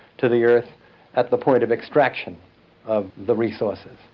to the earth at the point of extraction of the resources.